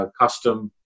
custom